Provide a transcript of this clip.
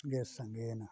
ᱜᱮ ᱥᱟᱸᱜᱮᱭᱮᱱᱟ